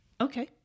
Okay